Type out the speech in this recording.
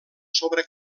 sobre